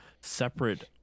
separate